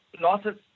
losses